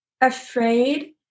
afraid